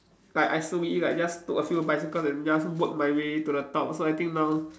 like I slowly like just took a few bicycles and just work my way to the top so I think now